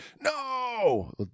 no